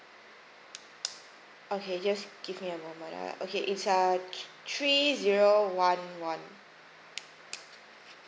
okay just give me a moment ah okay it's uh three zero one one